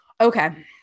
Okay